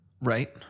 Right